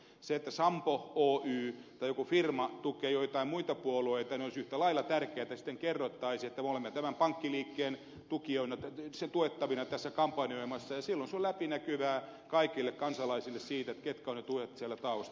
kun sampo oy tai joku firma tukee joitain muita puolueita olisi yhtä lailla tärkeätä että sitten kerrottaisiin että me olemme tämän pankkiliikkeen tuettavina tässä kampanjoimassa ja silloin se on läpinäkyvää kaikille kansalaisille keiltä ovat ne tuet siellä taustalla